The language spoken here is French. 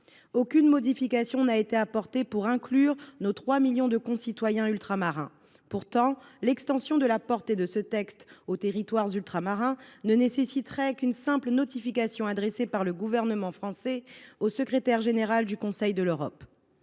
Aucune modification n’a été apportée pour inclure nos trois millions de concitoyens ultramarins. Pourtant, l’extension de la portée de ce texte aux territoires ultramarins ne nécessiterait qu’une simple notification adressée par le gouvernement français au Secrétaire général du Conseil de l’Europe.